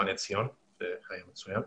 באולפן עציון וזה היה מצוין.